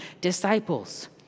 disciples